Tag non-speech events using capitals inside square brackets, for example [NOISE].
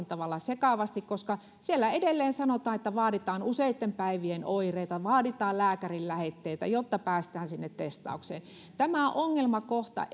[UNINTELLIGIBLE] tavalla sekavasti koska siellä edelleen sanotaan että vaaditaan useitten päivien oireita ja vaaditaan lääkärin lähetteitä jotta päästään sinne testaukseen tämä ongelmakohta [UNINTELLIGIBLE]